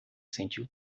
sentiu